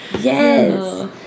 yes